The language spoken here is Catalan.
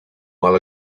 mal